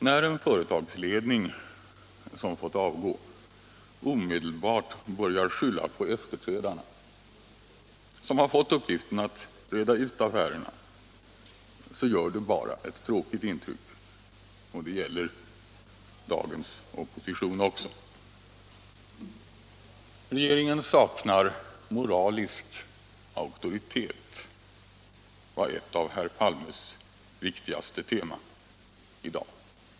När en företagsledning som fått avgå omedelbart börjar skylla på efterträdarna, som har fått uppgiften att reda ut affärerna, gör det bara ett tråkigt intryck, och det gäller också dagens opposition. Regeringen saknar moralisk auktoritet, det var ett av herr Palmes viktigaste tema i dag.